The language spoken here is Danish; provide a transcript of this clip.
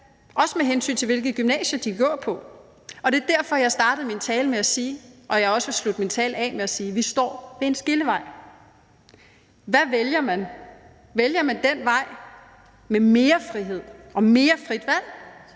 også med hensyn til hvilke gymnasier de vil gå på, og det var derfor, jeg startede min tale med at sige og vil slutte min tale med at sige: Vi står ved en skillevej. Hvad vælger man? Vælger man den vej med mere frihed og mere frit valg,